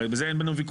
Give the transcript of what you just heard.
הרי זה אין לנו ויכוח.